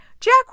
Jack